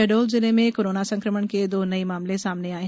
शहडोल जिले में कोरोना संक्रमण के दो नए मामले सामने आये